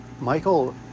Michael